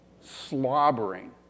slobbering